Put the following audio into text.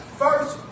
first